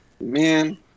man